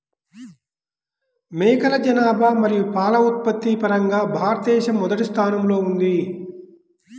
మేకల జనాభా మరియు పాల ఉత్పత్తి పరంగా భారతదేశం మొదటి స్థానంలో ఉంది